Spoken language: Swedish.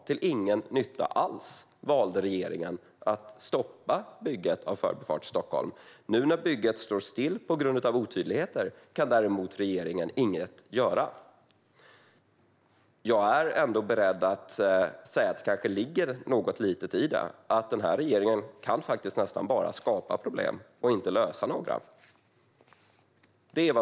Till ingen nytta alls valde regeringen att stoppa bygget av Förbifart Stockholm. Nu när bygget står stilla på grund av otydligheter kan regeringen däremot inget göra. Jag är ändå beredd att säga att det kanske ligger någonting i att den här regeringen faktiskt nästan bara kan skapa problem och inte lösa några.